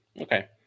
Okay